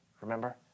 remember